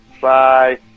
Bye